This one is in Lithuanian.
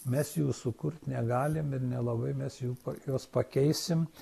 mes jų sukurt negalim ir nelabai mes jų juos pakeisim